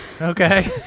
okay